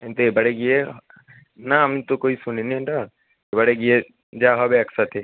কিন্তু এবারে গিয়ে না আমি তো কই শুনি নি ওটা এবারে গিয়ে যা হবে একসাথেই